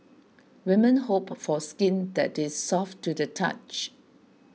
women hope for skin that is soft to the touch